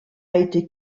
été